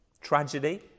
tragedy